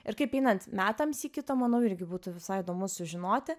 ir kaip einant metams ji kito manau irgi būtų visai įdomu sužinoti